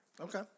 Okay